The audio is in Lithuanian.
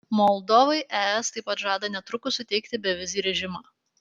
moldovai es taip pat žada netrukus suteikti bevizį režimą